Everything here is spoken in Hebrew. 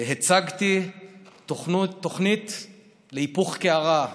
הצגתי תוכנית להיפוך קערה.